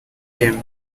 him